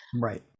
Right